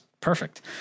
perfect